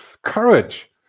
Courage